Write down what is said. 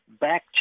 back